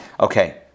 Okay